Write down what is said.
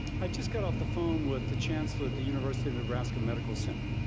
i just got off the phone with the chancellor at the university of nebraska medical center.